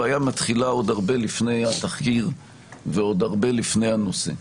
הבעיה מתחילה עוד הרבה לפני התחקיר ועוד הרבה לפני הנושא.